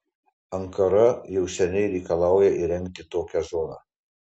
ankara jau seniai reikalauja įrengti tokią zoną